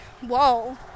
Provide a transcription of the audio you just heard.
whoa